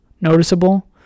noticeable